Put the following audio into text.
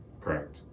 correct